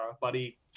buddy